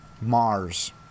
Mars